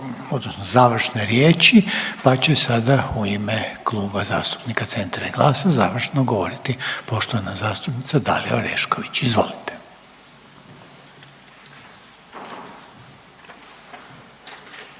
odnosno završne riječi, pa će sada u ime Kluba zastupnika Centra i GLAS-a završno govoriti poštovana zastupnica Dalija Orešković, izvolite.